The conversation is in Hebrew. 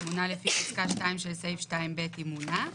שמונה לפי פסקה 2 של סעיף 2(ב), אם מונה.